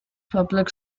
public